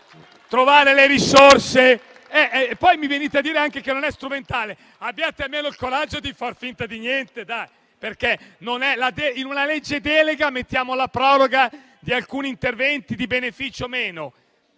trovare le risorse. E poi mi venite a dire anche che non è strumentale? Abbiate almeno il coraggio di far finta di niente! In una legge delega mettiamo la proroga di alcuni interventi di beneficio o meno?